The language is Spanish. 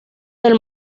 del